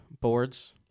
boards